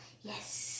Yes